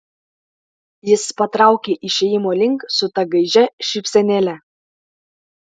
jis patraukė išėjimo link su ta gaižia šypsenėle